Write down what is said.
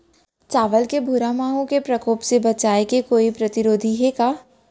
चांवल के भूरा माहो के प्रकोप से बचाये के कोई प्रतिरोधी हे का?